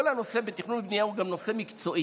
כל הנושא בתכנון ובנייה הוא גם נושא מקצועי,